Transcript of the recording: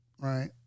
right